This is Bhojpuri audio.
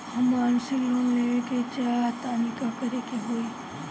हम मासिक लोन लेवे के चाह तानि का करे के होई?